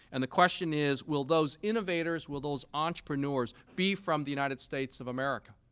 and the question is will those innovators, will those entrepreneurs be from the united states of america.